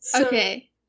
Okay